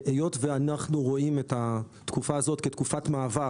והיות ואנחנו רואים את התקופה הזאת כתקופת מעבר,